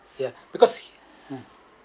yup because mm